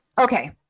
okay